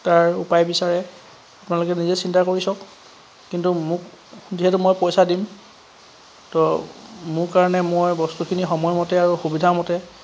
তাৰ উপায় বিচাৰে আপোনালোকে নিজে চিন্তা কৰি চাওক কিন্তু মোক যিহেতু মই পইচা দিম তো মোৰ কাৰণে মই বস্তুখিনি সময়মতে আৰু সুবিধামতে